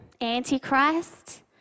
anti-Christ